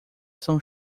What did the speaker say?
são